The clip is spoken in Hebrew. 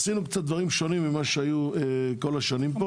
עשינו קצת דברים שונים ממה שהיו כל השנים.